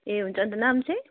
ए हुन्छ अन्त नाम चाहिँ